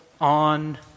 on